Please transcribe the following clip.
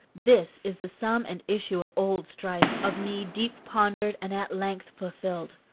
this is the sum and issue of old strife, of me deep-pondered and at length fulfilled.